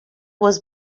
was